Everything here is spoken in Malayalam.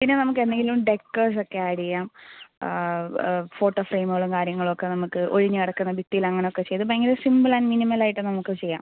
പിന്നെ നമുക്ക് എന്തെങ്കിലും ഡെക്കേഴ്സൊക്കെ ആഡ്ഡ് ചെയ്യാം ഫോട്ടോ ഫ്രെയിമുകളും കാര്യങ്ങളൊക്കെ നമുക്ക് ഒഴിഞ്ഞു കിടക്കുന്ന ഭിത്തിയിൽ അങ്ങനെയൊക്കെ ചെയ്ത് ഭയങ്കര സിമ്പിൾ ആൻഡ് മിനിമലായിട്ട് നമുക്ക് ചെയ്യാം